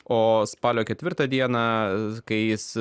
o spalio ketvirtą dieną kai jis